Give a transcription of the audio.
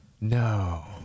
No